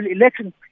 election